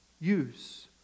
use